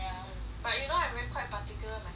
but you know I very quite particular with my kaya